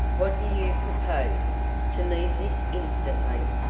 what do you propose to leave this instantly?